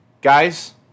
Guys